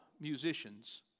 musicians